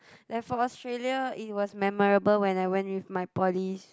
like for Australia it was memorable when I went with my poly's